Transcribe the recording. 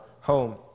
home